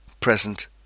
present